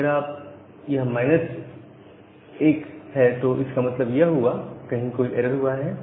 अगर यह माइनस 1 है तो इसका मतलब यह हुआ कि कहीं कोई एरर हुआ है